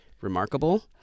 remarkable